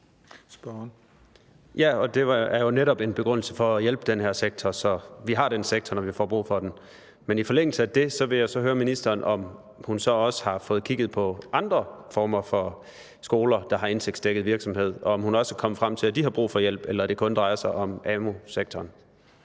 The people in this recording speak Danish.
(V): Det er jo netop en begrundelse for at hjælpe den her sektor, så vi har den sektor, når vi får brug for den. Men i forlængelse af det vil jeg så høre ministeren, om hun også har fået kigget på andre former for skoler, der har indtægtsdækket virksomhed, og om hun også er kommet frem til, at de har brug for hjælp, eller om det kun drejer sig om amu-sektoren.